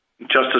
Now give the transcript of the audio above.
Justice